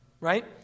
Right